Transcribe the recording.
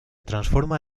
transforma